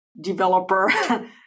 developer